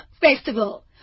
festival